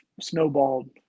snowballed